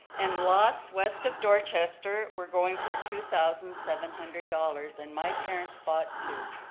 and lots west of dorchester were going for two thousand seven hundred dollars and my parents bought two.